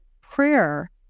prayer